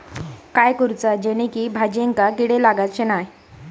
काय करूचा जेणेकी भाजायेंका किडे लागाचे नाय?